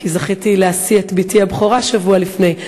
כי זכיתי להשיא את בתי הבכורה שבוע לפני,